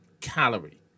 calorie